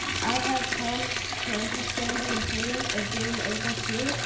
i have come to understand the importance of being able to,